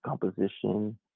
composition